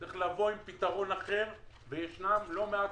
צריך לבוא עם פתרון אחר וישנם לא מעט